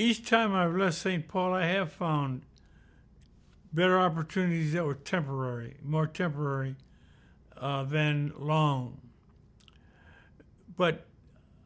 each time i receive paul i have found better opportunities that were temporary more temporary then long but